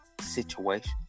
situation